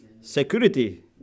Security